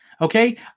Okay